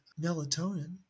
melatonin